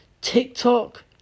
TikTok